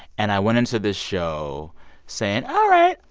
and i went into this show saying, all right,